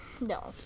No